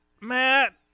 Matt